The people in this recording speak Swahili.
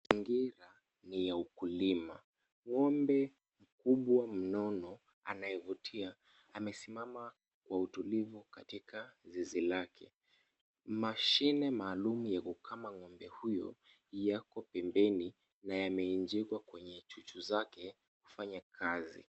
Mazingira ni ya ukulima. Ng'ombe kubwa mnono anayevutia amesimama kwa utulivu katika zizi lake. Mashine maalum ya kukama ng'ombe huyo yako pembeni na yameinjikwa kwenye chuchu zake kufanya kazi.